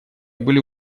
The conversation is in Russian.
были